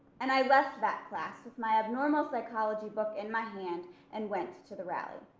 and i left that class with my abnormal psychology book in my hand and went to the rally.